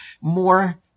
more